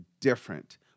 different